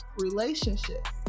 relationships